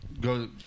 Go